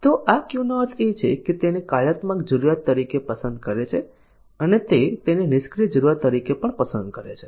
તો આ Q નો અર્થ છે કે તે તેને કાર્યાત્મક જરૂરિયાત તરીકે પસંદ કરે છે અને તે તેને નિષ્ક્રિય જરૂરિયાત તરીકે પણ પસંદ કરે છે